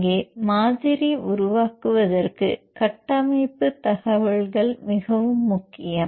இங்கே மாதிரி உருவாக்குவதற்கு கட்டமைப்பு தகவல்கள் மிகவும் முக்கியம்